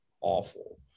awful